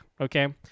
okay